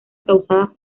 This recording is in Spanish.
causadas